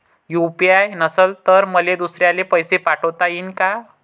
UPI नसल तर मले दुसऱ्याले पैसे पाठोता येईन का?